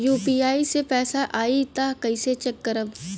UPI से पैसा आई त कइसे चेक करब?